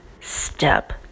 step